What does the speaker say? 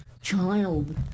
child